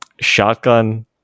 shotgun